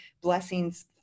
blessings